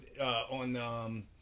on